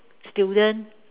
student